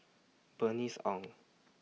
Bernice Ong